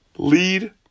lead